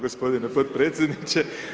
gospodine podpredsjedniče.